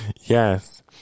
Yes